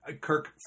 Kirk